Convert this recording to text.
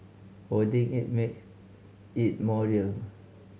holding it makes it more real